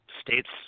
states